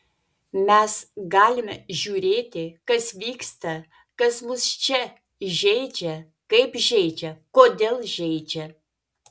mes galime žiūrėti kas vyksta kas mus čia žeidžia kaip žeidžia kodėl žeidžia